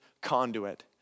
conduit